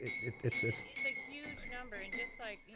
it's it's a huge number and just like,